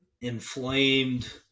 inflamed